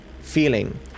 feeling